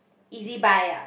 Easybuy ah